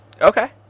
Okay